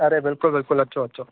अड़े बिल्कुलु बिल्कुलु अचो अचो